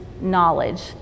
knowledge